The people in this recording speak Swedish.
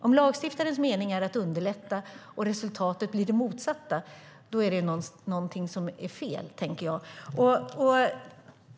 Om lagstiftarens avsikt är att underlätta men resultatet blir det motsatta är det någonting som är fel.